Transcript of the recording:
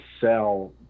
sell